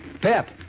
Pep